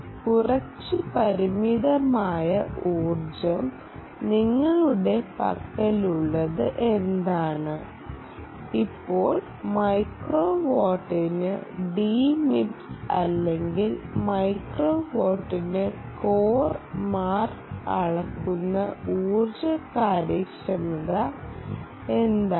കുറച്ച് പരിമിതമായ ഊർജ്ജം നിങ്ങളുടെ പക്കലുള്ളത് എന്താണ് ഇപ്പോൾ മൈക്രോവാട്ടിന് ഡി മിപ്സിൽ അല്ലെങ്കിൽ മൈക്രോവാട്ടിന് കോർ മാർക്ക് അളക്കുന്ന ഊർജ്ജ കാര്യക്ഷമത എന്താണ്